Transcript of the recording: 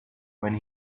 when